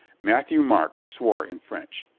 matthieu-marc swore in french.